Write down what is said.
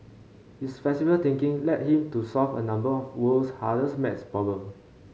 his flexible thinking led him to solve a number of the world's hardest math problems